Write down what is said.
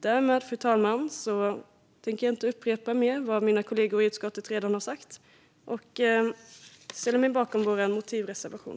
Därmed, fru talman, tänker jag inte upprepa mer av vad mina kollegor i miljö och jordbruksutskottet har sagt utan ställer mig bakom vår motivreservation.